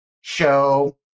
show